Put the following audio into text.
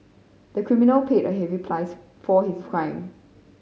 the criminal paid a heavy price for his crime